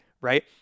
Right